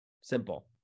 Simple